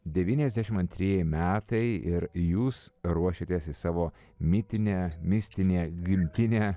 devyniasdešimt antrieji metai ir jūs ruošiatės į savo mitinę mistinė gimtinę